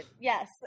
yes